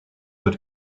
wird